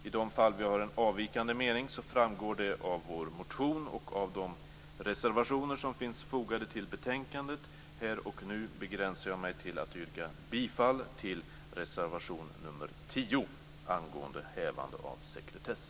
I de fall vi har en avvikande mening framgår detta av vår motion och av de reservationer som finns i betänkandet. Här och nu begränsar jag mig dock till att yrka bifall till reservation nr 10 angående hävande av sekretess.